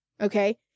Okay